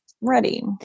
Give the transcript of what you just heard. ready